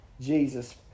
Jesus